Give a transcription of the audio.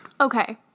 Okay